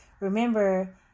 remember